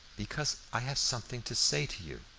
because i have something to say to you,